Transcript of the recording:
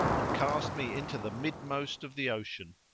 and cast me into the midmost of the ocean.